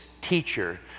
teacher